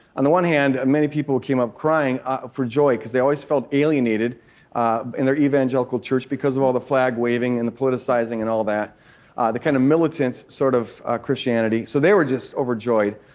on the one hand, many people came up crying for joy, because they always felt alienated in their evangelical church, because of all the flag-waving and the politicizing and all that the kind of militant sort of christianity. so they were just overjoyed.